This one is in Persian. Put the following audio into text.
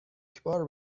یکبار